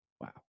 Wow